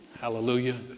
hallelujah